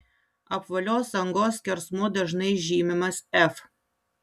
apvalios angos skersmuo dažnai žymimas f